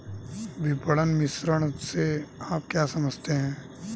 विपणन मिश्रण से आप क्या समझते हैं?